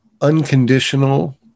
unconditional